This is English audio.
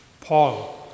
Paul